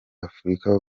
afurika